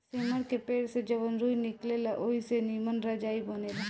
सेमर के पेड़ से जवन रूई निकलेला ओई से निमन रजाई बनेला